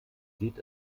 geht